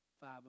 Five